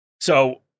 So-